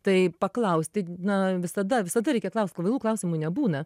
tai paklausti na visada visada reikia klaust kvailų klausimų nebūna